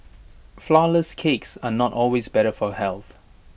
Flourless Cakes are not always better for health